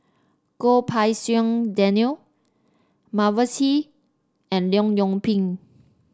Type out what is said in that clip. Goh Pei Siong Daniel Mavis Hee and Leong Yoon Pin